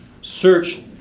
search